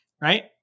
right